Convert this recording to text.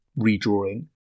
Redrawing